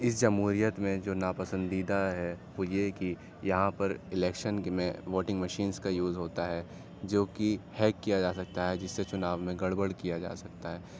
اس جمہوریت میں جو ناپسندیدہ ہے وہ یہ ہے کہ یہاں پر الیکشن میں ووٹنگ مشینز کا یوز ہوتا ہے جو کہ ہیک کیا جا سکتا ہے جس سے چناؤ میں گڑبڑ کیا جا سکتا ہے